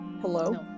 hello